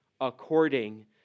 according